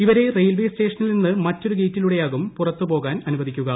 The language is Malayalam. ഇവരെ റെയിൽവേ സ്റ്റേഷനിൽ നിന്ന് മറ്റൊരു ഗേറ്റിലൂടെയാകും പുറത്ത് പോകാൻ അനുവദിക്കുക